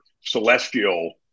celestial